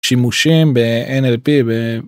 שימושים בnlp.